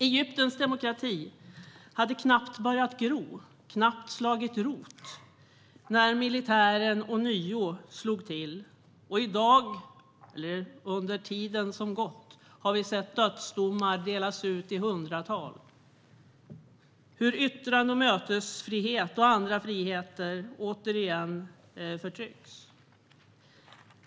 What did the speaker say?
Egyptens demokrati hade knappt börjat gro och knappt slagit rot när militären ånyo slog till. Under den tid som gått har vi sett dödsdomar delas ut i hundratal och hur yttrandefrihet, mötesfrihet och andra friheter återigen förtrycks.